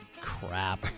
Crap